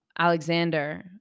Alexander